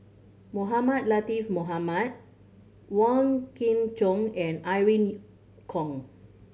Mohamed Latiff Mohamed Wong Kin Jong and Irene Khong